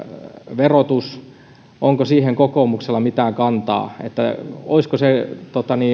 verotus onko siihen kokoomuksella mitään kantaa että olisiko se